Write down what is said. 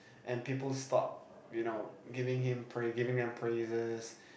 and people stop you know giving him prai~ giving them praises